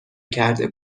کرده